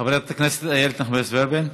חברת הכנסת איילת נחמיאס ורבין,